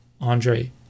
Andre